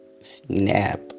Snap